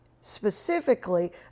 specifically